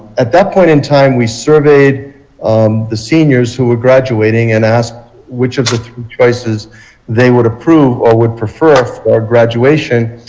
at that and time we surveyed um the seniors who are graduating and asked which of the three choices they would approve or would prefer for graduation.